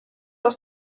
dans